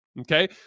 Okay